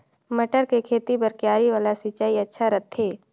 मटर के खेती बर क्यारी वाला सिंचाई अच्छा रथे?